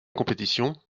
compétition